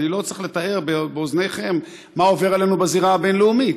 אני לא צריך לתאר באוזניכם מה עובר עלינו בזירה הבין-לאומית.